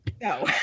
No